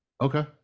Okay